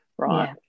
right